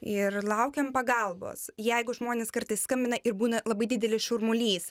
ir laukiam pagalbos jeigu žmonės kartais skambina ir būna labai didelis šurmulys